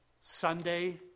Sunday